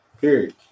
Period